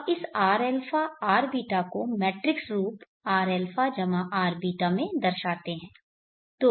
अब इस rα rβ को मैट्रिक्स रूप rα jrβ में दर्शाते हैं